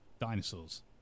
dinosaurs